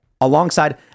alongside